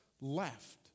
left